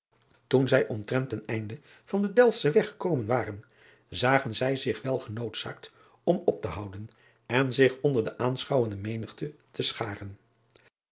oen zij omtrent ten einde van den elftschen weg gekomen waren zagen zij zich wel driaan oosjes zn et leven van aurits ijnslager genoodzaakt om op te houden en zich onder de aanschouwende menigte te scharen